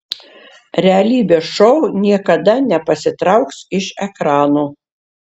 realybės šou niekada nepasitrauks iš ekranų